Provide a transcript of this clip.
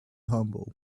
humble